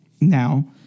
now